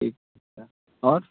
ठीक है सर और